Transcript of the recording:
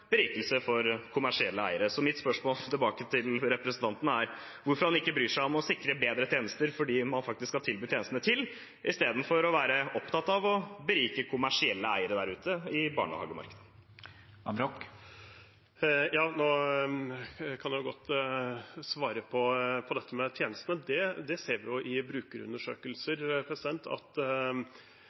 representanten er hvorfor han ikke bryr seg om å sikre bedre tjenester for dem man faktisk skal tilby tjenestene, i stedet for å være opptatt av å berike kommersielle eiere der ute i barnehagemarkedet. Nå kan jeg godt svare på dette med tjenestene. Vi ser jo i brukerundersøkelser at